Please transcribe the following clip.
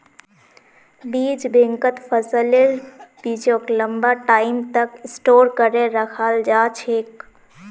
बीज बैंकत फसलेर बीजक लंबा टाइम तक स्टोर करे रखाल जा छेक